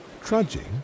Trudging